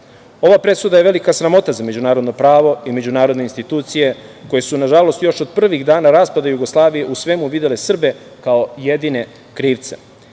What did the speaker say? presuda je velika sramota za međunarodno pravo i međunarodne institucije koje su nažalost još od prvih dana raspada Jugoslavije u svemu videle Srbe kao jedine krivce. Nije